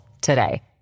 today